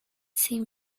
sin